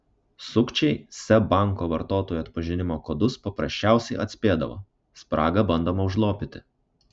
sukčiai seb banko vartotojų atpažinimo kodus paprasčiausiai atspėdavo spragą bandoma užlopyti